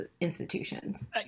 institutions